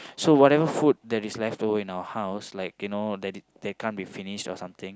so whatever food that is leftover in our house like you know that can't be finished or something